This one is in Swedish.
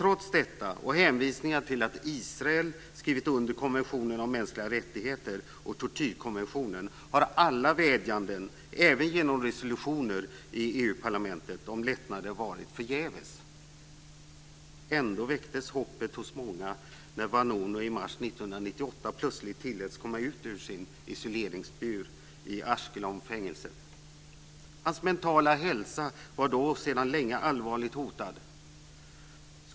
Trots detta och trots hänvisningar till att Israel har skrivit under konventionen om mänskliga rättigheter och tortyrkonventionen har alla vädjanden, även genom resolutioner i EU-parlamentet, om lättnader varit förgäves. Ändå väcktes hoppet hos många när Vanunu i mars 1998 plötsligt tilläts komma ut ur sin isoleringsbur i Ashkelonfängelset. Hans mentala hälsa var då sedan länge allvarligt hotad.